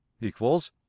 equals